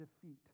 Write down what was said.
defeat